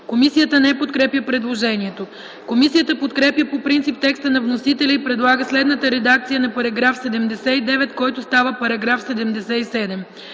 Комисията не подкрепя предложението. Комисията подкрепя по принцип текста на вносителя и предлага следната редакция на § 79, който става § 77: „§ 77.